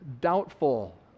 doubtful